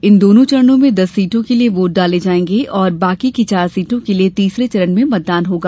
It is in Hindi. इन दोनों चरणों में दस सीटों के लिये वोट डाल जाएंगे और बाकी की चार सीटों के लिये तीसरे चरण मतदान होगा